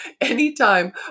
anytime